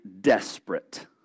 desperate